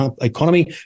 economy